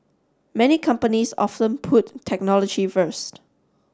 many companies often put technology first